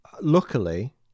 Luckily